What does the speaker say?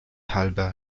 halber